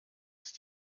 ist